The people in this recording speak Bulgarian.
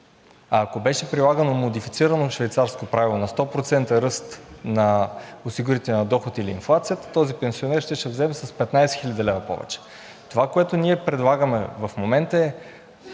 ако беше прилагано модифицирано швейцарско правило на 100% ръст на осигурителния доход или инфлацията, този пенсионер щеше да вземе с 15 хил. лв. повече. Това, което ние предлагаме в момента, е